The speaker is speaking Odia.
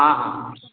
ହଁ ହଁ